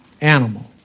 animal